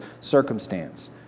circumstance